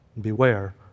Beware